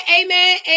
amen